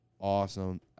Awesome